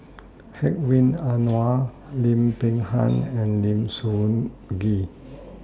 Hedwig Anuar Lim Peng Han and Lim Soo Ngee